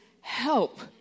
help